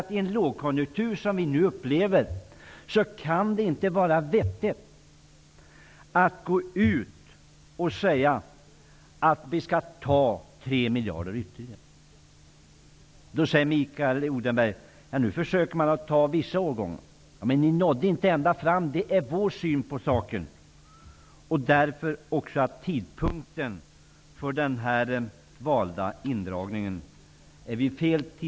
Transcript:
I en lågkonjunktur, som den vi nu upplever, kan det inte vara vettigt att gå ut och säga att man skall spara in ytterligare 3 miljarder. Mikael Odenberg sade att man skulle försöka att rikta in sig på enbart vissa årgångar. Men enligt vårt sätt att se nådde ni inte ända fram. Tidpunkten för den valda indragningen är dessutom fel.